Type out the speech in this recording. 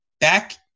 back